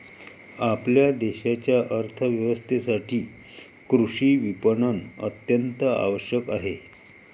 आपल्या देशाच्या अर्थ व्यवस्थेसाठी कृषी विपणन अत्यंत आवश्यक आहे